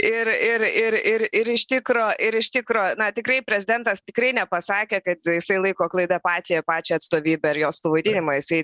ir ir iir r ir ir iš tikro ir iš tikro na tikrai prezidentas tikrai nepasakė kad jisai laiko klaida pačią pačią atstovybę ir jos pavadinimą jisai